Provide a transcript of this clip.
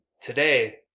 today